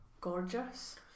Gorgeous